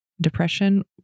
depression